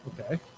Okay